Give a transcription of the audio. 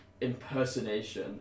impersonation